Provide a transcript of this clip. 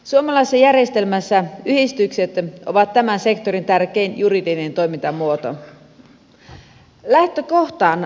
suomalaisessa järjestelmässä yhdistykset ovat tämän sektorin tärkein juridinen toimintamuoto